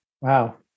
Wow